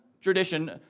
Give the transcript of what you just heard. tradition